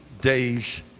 days